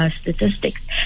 statistics